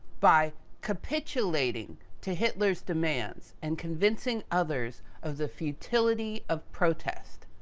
by capitulating to hitler's demands, and convincing others of the futility of protest?